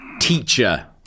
Teacher